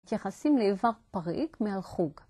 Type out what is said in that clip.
התייחסים לעבר פרעיק מעל חוג